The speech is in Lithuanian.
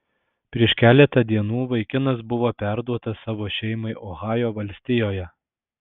prieš keletą dienų vaikinas buvo perduotas savo šeimai ohajo valstijoje